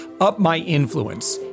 upmyinfluence